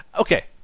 Okay